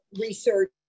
research